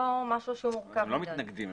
זה לא משהו שהוא מורכב מדי.